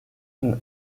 and